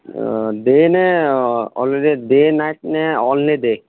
day নে already day night নে only day